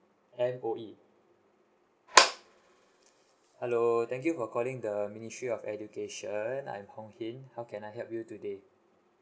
M_O_E hello thank you for calling the ministry of education I'm hong hin how can I help you today